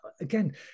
again